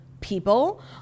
people